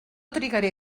trigaré